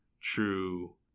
true